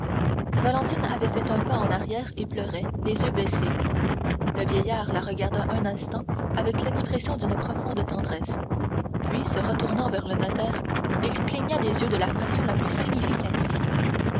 valentine avait fait un pas en arrière et pleurait les yeux baissés le vieillard la regarda un instant avec l'expression d'une profonde tendresse puis se retournant vers le notaire il cligna des yeux de la façon la plus significative